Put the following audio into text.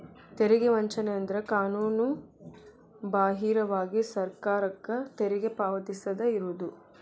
ತೆರಿಗೆ ವಂಚನೆ ಅಂದ್ರ ಕಾನೂನುಬಾಹಿರವಾಗಿ ಸರ್ಕಾರಕ್ಕ ತೆರಿಗಿ ಪಾವತಿಸದ ಇರುದು